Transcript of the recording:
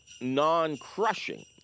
non-crushing